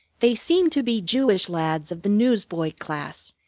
they seemed to be jewish lads of the newsboy class,